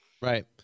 Right